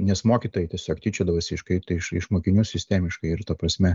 nes mokytojai tiesiog tyčiodavosi iš kaip tai iš mokinių sistemiškai ir ta prasme